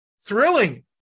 thrilling